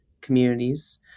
communities